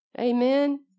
amen